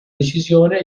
decisione